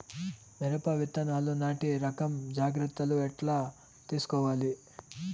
మిరప విత్తనాలు నాటి రకం జాగ్రత్తలు ఎట్లా తీసుకోవాలి?